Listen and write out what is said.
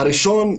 הראשון,